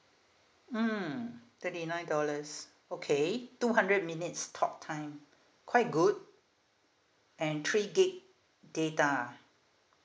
mm thirty nine dollars okay two hundred minutes talk time quite good and three gig data